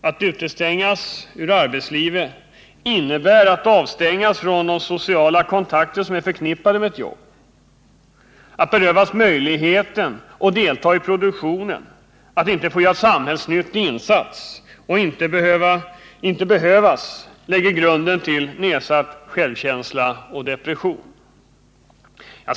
Att utestängas ur arbetslivet innebär att avstängas från de sociala kontakter som är förknippade med ett jobb. Att berövas möjligheten att delta i produktionen, att inte få göra en samhällsnyttig insats och att inte behövas lägger grunden till nedsatt självkänsla och depression.